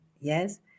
Yes